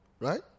Right